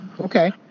Okay